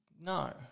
No